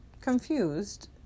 confused